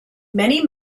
many